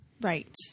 Right